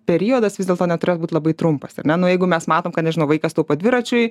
periodas vis dėlto neturėt būt labai trumpas ar ne na nuo jeigu mes matom kad nežinau vaikas taupo dviračiui